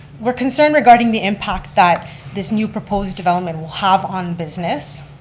we're concerned regarding the impact that this new proposed development will have on business,